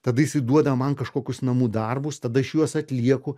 tada jisai duoda man kažkokius namų darbus tada aš juos atlieku